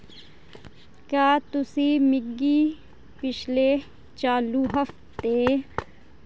क्या तुसी मिगी पिछले चालू हफ्ते